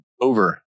over